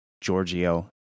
Giorgio